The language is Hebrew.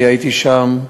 אני הייתי שם,